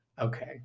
Okay